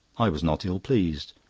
i was not ill-pleased.